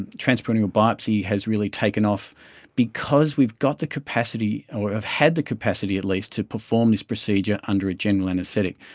and transperineal biopsy has really taken off because we've got the capacity or have had the capacity at least to perform this procedure under a general anaesthetic.